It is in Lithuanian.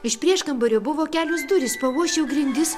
iš prieškambario buvo kelios durys pauosčiau grindis